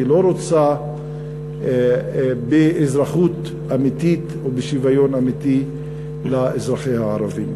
והיא לא רוצה באזרחות אמיתית ובשוויון אמיתי לאזרחיה הערבים.